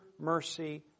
mercy